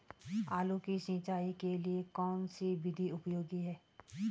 आलू की सिंचाई के लिए कौन सी विधि उपयोगी है?